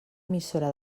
emissora